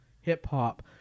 Hip-hop